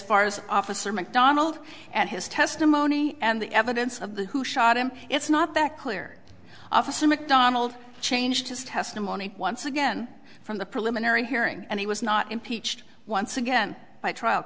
far as officer mcdonald and his testimony and the evidence of the who shot him it's not that clear officer mcdonald changed his testimony once again from the preliminary hearing and he was not impeached once again by trial